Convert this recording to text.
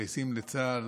מתגייסים לצה"ל